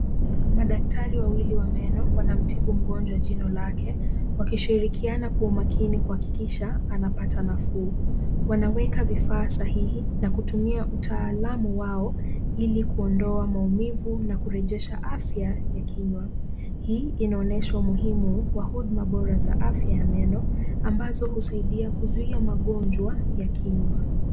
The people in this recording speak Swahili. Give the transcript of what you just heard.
Madaktari wawili wa meno, wanamtibu mgonjwa jino lake, wakishirikiana kwa umakini kuhakikisha anapata nafuu. Wanaweka vifaa sahihi na kutumia utaalamu wao ili kuondoa maumivu na kurejesha afya ya kinywa. Hii inaonyesha umuhimu wa huduma bora za afya ya meno ambazo husaidia kuzuia magonjwa ya kinywa.